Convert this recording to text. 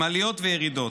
עם עליות וירידות.